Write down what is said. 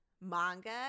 manga